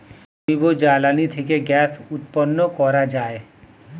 জৈব জ্বালানি থেকে গ্যাস উৎপন্ন করা যায়